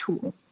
tool